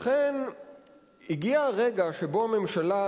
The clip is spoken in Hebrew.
לכן הגיע הרגע שבו הממשלה,